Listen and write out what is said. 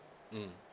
mm